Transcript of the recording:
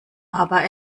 aber